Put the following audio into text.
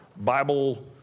Bible